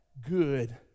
good